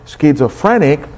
schizophrenic